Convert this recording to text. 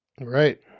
right